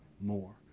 more